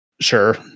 sure